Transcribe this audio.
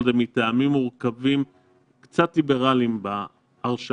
בבולגריה מטעמים מורכבים היינו קצת ליברלים בהרשאה,